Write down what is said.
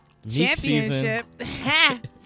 championship